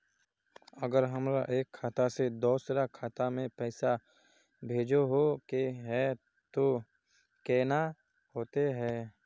अगर हमरा एक खाता से दोसर खाता में पैसा भेजोहो के है तो केना होते है?